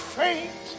faint